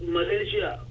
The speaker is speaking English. Malaysia